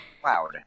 cloud